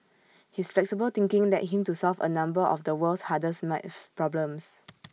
his flexible thinking led him to solve A number of the world's hardest maths problems